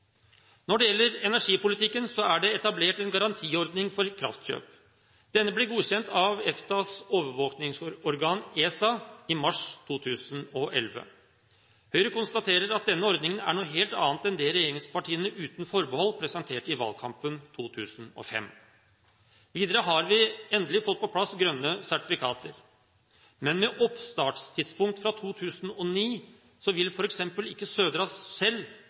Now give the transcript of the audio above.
Når det gjelder energipolitikken, er det etablert en garantiordning for kraftkjøp. Denne ble godkjent av EFTAs overvåkingsorgan, ESA, i mars 2011. Høyre konstaterer at denne ordningen er noe helt annet enn det regjeringspartiene uten forbehold presenterte i valgkampen 2005. Videre har vi endelig fått på plass grønne sertifikater. Men med oppstartstidspunkt fra 2009 vil f.eks. ikke